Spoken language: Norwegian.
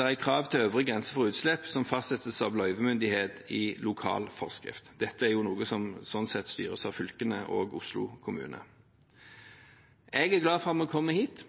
er krav til øvre grenser for utslipp som fastsettes av løyvemyndighetene i lokale forskrifter. Dette er noe som styres av fylkene og av Oslo kommune. Jeg er glad for at vi er kommet hit.